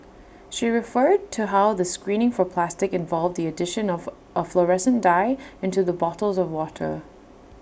she referred to how the screening for plastic involved the addition of A fluorescent dye into the bottles of water